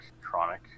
chronic